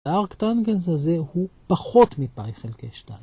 הארק טנגנס הזה הוא פחות מפאי חלקי שתיים.